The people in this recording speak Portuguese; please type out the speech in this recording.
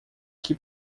que